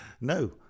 No